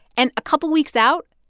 and a couple weeks out,